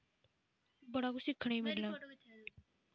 बड़ा कुछ सिक्खने मिलना